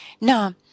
Now